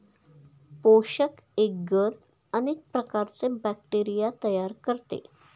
पोषक एग्गर अनेक प्रकारचे बॅक्टेरिया तयार करते